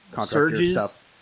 surges